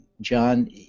John